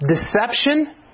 deception